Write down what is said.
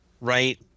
right